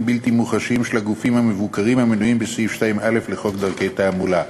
בלתי מוחשיים של הגופים המבוקרים המנויים בסעיף 2א לחוק דרכי תעמולה.